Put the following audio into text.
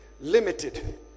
limited